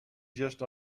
just